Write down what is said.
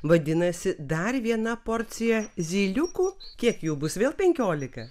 vadinasi dar viena porcija zyliukų kiek jų bus vėl penkiolika